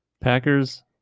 Packers